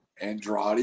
Andrade